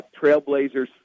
Trailblazers